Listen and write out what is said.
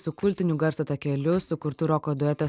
su kultiniu garso takeliu sukurtu roko dueto